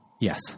Yes